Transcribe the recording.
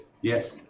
Yes